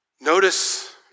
notice